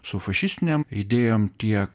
su fašistinėm idėjom tiek